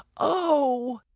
oh!